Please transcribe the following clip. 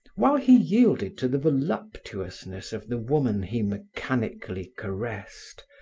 while he yielded to the voluptuousness of the woman he mechanically caressed,